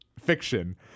fiction